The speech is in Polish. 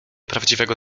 prawdziwego